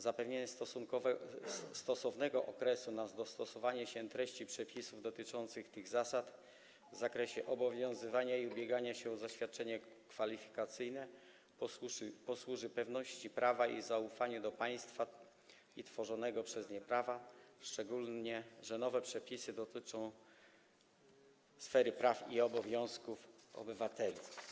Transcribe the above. Zapewnienie stosownego okresu na dostosowanie treści przepisów dotyczących tych zasad w zakresie obowiązywania i ubiegania się o zaświadczenie kwalifikacyjne posłuży pewności prawa i zaufaniu do państwa i tworzonego przez nie prawa, szczególnie że nowe przepisy dotyczą sfery praw i obowiązków obywateli.